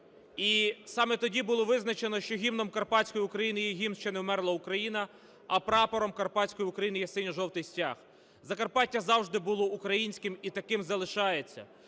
і саме тоді було визначено, що гімном Карпатської України є гімн "Ще не вмерла Україна", а прапором Карпатської України є синьо-жовтий стяг. Закарпаття завжди було українським і таким залишається,